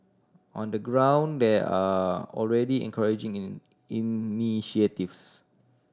on the ground there are already encouraging in initiatives